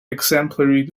exemplary